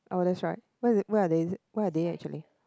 oh that's right what is what are what are they actually